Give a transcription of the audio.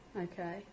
Okay